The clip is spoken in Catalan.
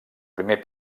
primer